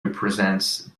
represents